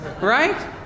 right